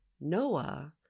Noah